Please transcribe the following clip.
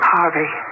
Harvey